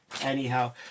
Anyhow